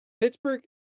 Pittsburgh